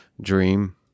dream